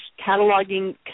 cataloging